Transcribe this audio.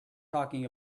talking